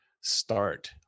start